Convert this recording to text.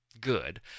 good